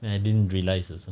I didn't realise also